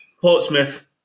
Portsmouth